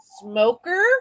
smoker